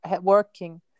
working